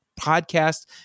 podcast